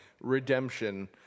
redemption